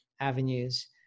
avenues